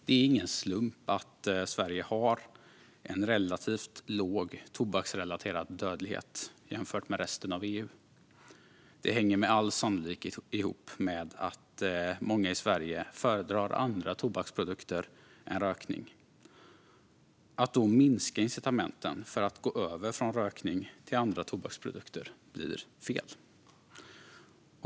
Det är ingen slump att Sverige har en relativt låg tobaksrelaterad dödlighet jämfört med resten av EU. Det hänger med all sannolikhet ihop med att många i Sverige föredrar andra tobaksprodukter än tobaksprodukter för rökning. Det blir då fel att minska incitamenten för att gå över från rökning till användning av andra tobaksprodukter.